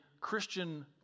Christian